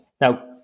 Now